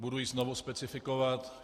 Budu ji znovu specifikovat.